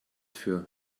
für